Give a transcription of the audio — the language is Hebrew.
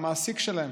המעסיק שלהם.